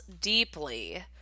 deeply